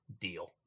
deal